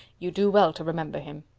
you do well to remember him.